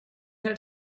had